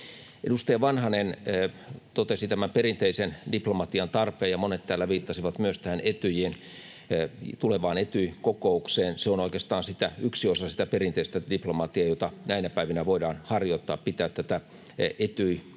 Edustaja Vanhanen totesi tämän perinteisen diplomatian tarpeen, ja monet täällä viittasivat myös tulevaan Etyj-kokoukseen. Se on oikeastaan yksi osa sitä perinteistä diplomatiaa, jota näinä päivinä voidaan harjoittaa, pitää tätä